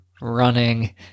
running